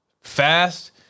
fast